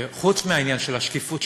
חוץ מהעניין של השקיפות,